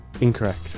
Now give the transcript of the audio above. Incorrect